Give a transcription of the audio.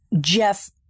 Jeff